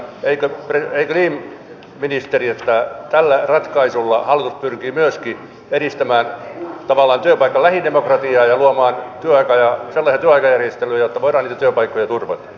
eikö niin ministeri että tällä ratkaisulla hallitus pyrkii myöskin edistämään työpaikan lähidemokratiaa ja luomaan sellaisia työaikajärjestelyjä jotta voidaan niitä työpaikkoja turvata